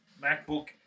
MacBook